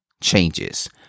changes